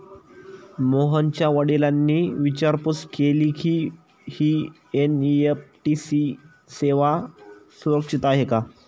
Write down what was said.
मोहनच्या वडिलांनी विचारपूस केली की, ही एन.ई.एफ.टी सेवा सुरक्षित आहे का?